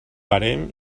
parem